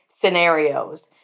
scenarios